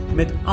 met